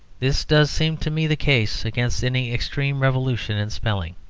this does seem to me the case against any extreme revolution in spelling.